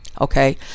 okay